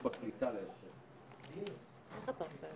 מי מאשר את הצו?